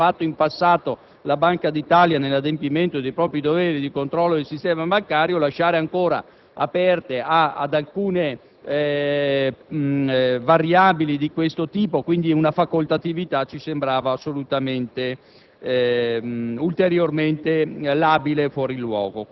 Sarebbe lungo e doveroso discutere di quanto ha fatto o non ha fatto in passato la Banca d'Italia nell'adempimento dei propri doveri di controllo sul sistema bancario; lasciare tali oneri ancora aperti a variabili di questo tipo, e quindi a una sorta di facoltatività, ci sembrava altresì